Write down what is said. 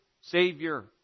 Savior